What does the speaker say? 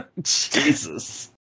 Jesus